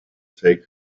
take